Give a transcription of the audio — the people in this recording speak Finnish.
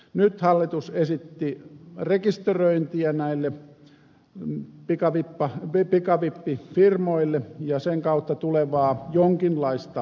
nyt hallitus esitti rekisteröintiä ja sen kautta tulevaa jonkinlaista valvontaa näille pikavippifirmoille